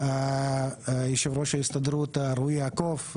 יושב-ראש ההסתדרות רועי יעקב,